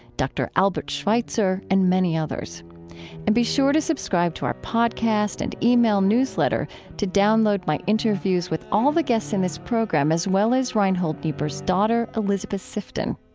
dr. albert schweitzer, and many others and be sure to subscribe to our podcast and e-mail newsletter to download my interviews with all the guests in this program as well as reinhold niebuhr's daughter, elisabeth sifton.